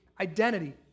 identity